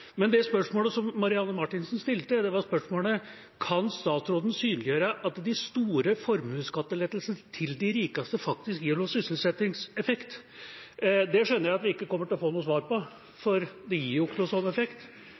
Det spørsmålet som Marianne Marthinsen stilte, var: Kan statsråden synliggjøre at de store formuesskattelettelsene til de rikeste faktisk gir noen sysselsettingseffekt? Det skjønner jeg at vi ikke kommer til å få noe svar på, for det gir jo ikke en slik effekt.